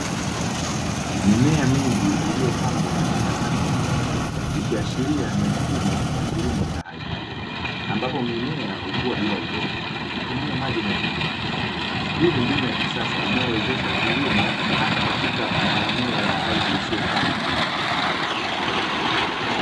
Mimea mingi iliyopangwa katika safu nyoofu, ikiashiria ni mfumo wa kilimo cha haidroponi ambapo mimea hukua bila udongo ikitumia maji yenye virutubisho. Hii ni mbinu ya kisasa iinayowezesha kilimo hata katika maeneo ya ardhi isiyofaa mijini.